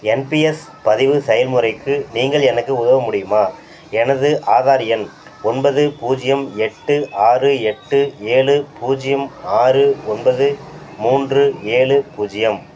NPS பதிவு செயல்முறைக்கு நீங்கள் எனக்கு உதவ முடியுமா எனது ஆதார் எண் ஒன்பது பூஜ்யம் எட்டு ஆறு எட்டு ஏழு பூஜ்யம் ஆறு ஒன்பது மூன்று ஏழு பூஜ்யம்